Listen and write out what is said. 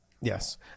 Yes